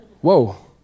Whoa